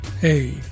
Hey